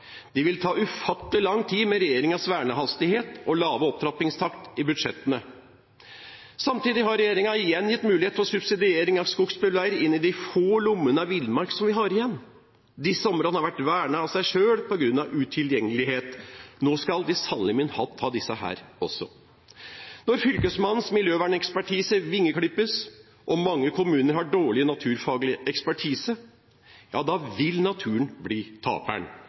vil ta ufattelig lang tid med regjeringens vernehastighet og lave opptrappingstakt i budsjettene. Samtidig har regjeringen igjen gitt mulighet for subsidiering av skogsbilveier inn i de få lommene av villmark som vi har igjen. Disse områdene har vært vernet av seg selv på grunn av utilgjengelighet. Nå skal de sannelig min hatt ta disse også. Når Fylkesmannens miljøvernekspertise vingeklippes og mange kommuner har dårlig naturfaglig ekspertise, vil naturen bli taperen.